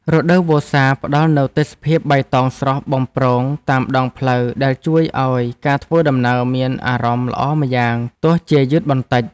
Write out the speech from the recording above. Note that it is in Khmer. រដូវវស្សាផ្តល់នូវទេសភាពបៃតងស្រស់បំព្រងតាមដងផ្លូវដែលជួយឱ្យការធ្វើដំណើរមានអារម្មណ៍ល្អម្យ៉ាងទោះជាយឺតបន្តិច។